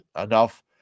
enough